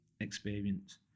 experience